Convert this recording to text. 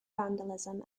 vandalism